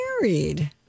married